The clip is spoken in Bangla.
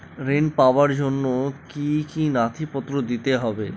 ঋণ পাবার জন্য কি কী নথিপত্র দিতে হবে?